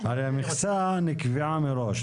הרי המכסה נקבעה מראש.